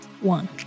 one